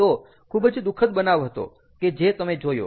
તો ખૂબ જ દુઃખદ બનાવ હતો કે જે તમે જોયો